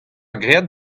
graet